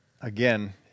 again